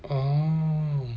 um